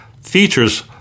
features